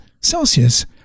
celsius